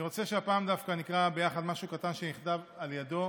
אני רוצה שהפעם דווקא נקרא יחד משהו קטן שנכתב על ידו